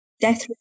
death